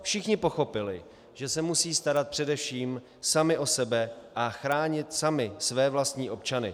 Všichni pochopili, že se musí starat především sami o sebe a chránit sami své vlastní občany.